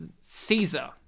Caesar